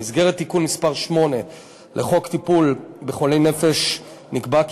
במסגרת תיקון מס' 8 לחוק טיפול בחולי נפש נקבע כי